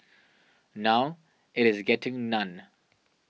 now it is getting none